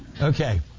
Okay